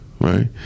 right